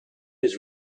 his